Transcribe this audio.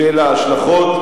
בשל ההשלכות